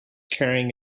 carrying